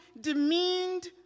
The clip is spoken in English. demeaned